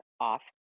off